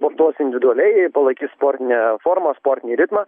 sportuos individualiai palaikys sportinę formą sportinį ritmą